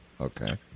Okay